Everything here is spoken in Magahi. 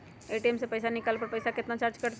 ए.टी.एम से पईसा निकाले पर पईसा केतना चार्ज कटतई?